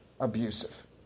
abusive